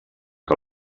que